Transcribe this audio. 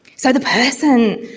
so, the person.